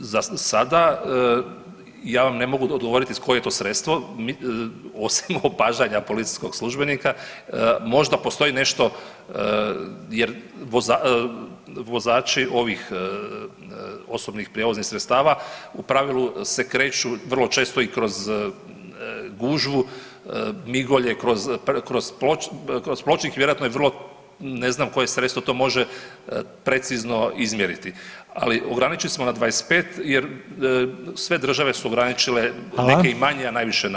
Za sada, ja vam ne mogu odgovoriti koje je to sredstvo osim opažanja policijskog službenika, možda postoji nešto jer vozači ovih osobnih prijevoznih sredstava u pravilu se kreću vrlo često i kroz gužvu, migolje kroz pločnik, vjerojatno je vrlo, ne znam koje sredstvo to može precizno izmjeriti, ali ograničili smo na 25 jer sve države su ograničile, neke i manje [[Upadica: Hvala.]] a najviše na to.